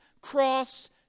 cross